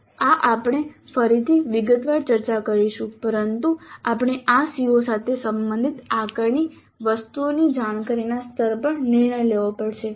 આ આપણે ફરીથી વિગતવાર ચર્ચા કરીશું પરંતુ આપણે આ CO સાથે સંબંધિત આકારણી વસ્તુઓની જાણકારીના સ્તર પર નિર્ણય લેવો પડશે